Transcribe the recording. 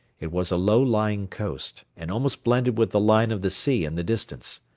it was a low-lying coast, and almost blended with the line of the sea in the distance.